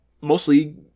mostly